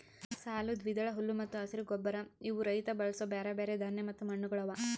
ಸಾಲು, ದ್ವಿದಳ, ಹುಲ್ಲು ಮತ್ತ ಹಸಿರು ಗೊಬ್ಬರ ಇವು ರೈತ ಬಳಸೂ ಬ್ಯಾರೆ ಬ್ಯಾರೆ ಧಾನ್ಯ ಮತ್ತ ಮಣ್ಣಗೊಳ್ ಅವಾ